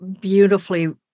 beautifully